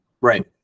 right